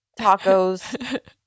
Tacos